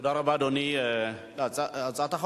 תודה רבה, אדוני.